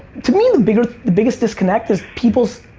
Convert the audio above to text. to me the biggest the biggest disconnect is people's,